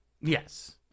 Yes